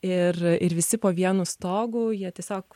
ir ir visi po vienu stogu jie tiesiog